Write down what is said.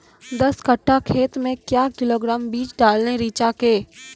दस कट्ठा खेत मे क्या किलोग्राम बीज डालने रिचा के?